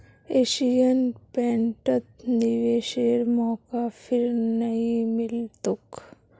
Asian पेंटत निवेशेर मौका फिर नइ मिल तोक